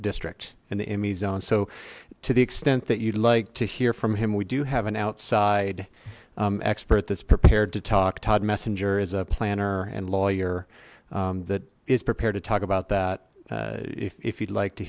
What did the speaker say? district and the emmys zone so to the extent that you'd like to hear from him we do have an outside expert that's prepared to talk todd messinger as a planner and lawyer that is prepared to talk about that if you'd like to